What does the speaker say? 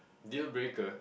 deal breaker